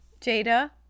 Jada